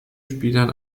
spielern